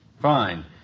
Fine